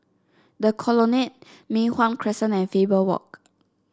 The Colonnade Mei Hwan Crescent and Faber Walk